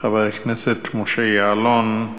חבר הכנסת משה יעלון,